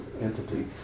entity